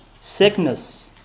sickness